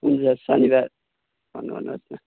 हुन्छ शनिवार फोन गर्नुहोस् न